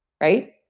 Right